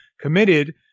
committed